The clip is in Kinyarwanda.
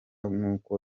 nkuko